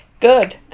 Good